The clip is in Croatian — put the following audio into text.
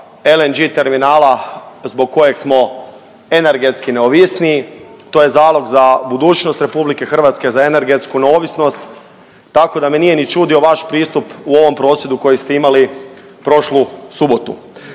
LNG terminala zbog kojeg smo energetski neovisniji, to je zalog za budućnost RH za energetsku neovisnost tako da me nije ni čudio vaš pristup u ovom prosvjedu koji ste imali prošlu subotu.